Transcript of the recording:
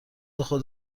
خود